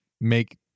make